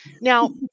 Now